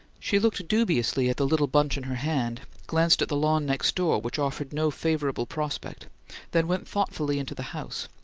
she looked dubiously at the little bunch in her hand, glanced at the lawn next door, which offered no favourable prospect then went thoughtfully into the house,